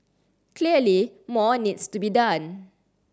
clearly more needs to be done